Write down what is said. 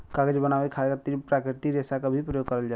कागज बनावे के खातिर प्राकृतिक रेसा क भी परयोग करल जाला